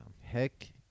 Heck